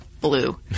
blue